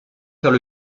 faire